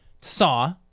Saw